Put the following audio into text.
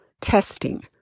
testing